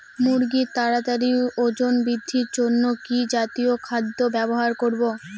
মুরগীর তাড়াতাড়ি ওজন বৃদ্ধির জন্য কি জাতীয় খাদ্য ব্যবহার করব?